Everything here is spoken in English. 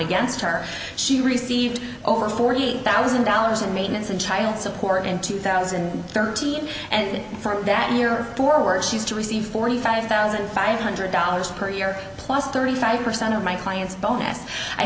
against her she received over forty eight thousand dollars in maintenance and child support in two thousand and thirteen and that year forward she's to receive forty five thousand five hundred dollars per year plus thirty five percent of my client's